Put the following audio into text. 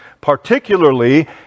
particularly